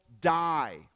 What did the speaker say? die